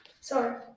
Sorry